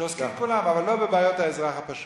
שעוסקים כולם, אבל לא בבעיות האזרח הפשוט.